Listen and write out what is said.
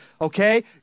Okay